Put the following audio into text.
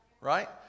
right